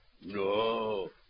No